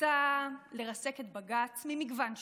רוצה לרסק את בג"ץ ממגוון שיקולים: